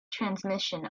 transmission